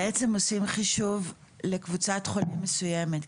בעצם עושים חישוב לקבוצת חולים מסוימת,